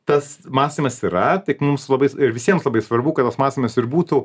tas mąstymas yra tik mums labai ir visiems labai svarbu kad tas mąstymas ir būtų